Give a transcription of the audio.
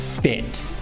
fit